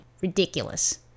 Ridiculous